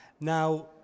Now